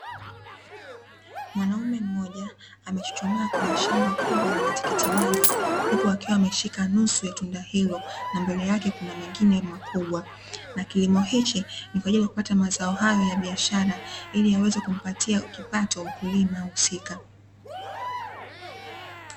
Mwanaume mmoja amechuchumaa kwenye shamba kubwa la matikikti maji huku akiwa ameshika nusu ya tunda hilo, na mbele yake kuna mengine makubwa. Na kilimo hichi ni kwa ajili yakupata mazao hayo ya biashara ili yaweze kumpatia kipato mkulima husika.